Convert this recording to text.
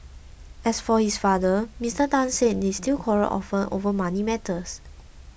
as for his father Mister Tan said they still quarrel often over money matters